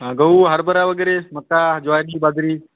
हा गहू हरभरा वगैरे मक्का ज्वारी बाजरी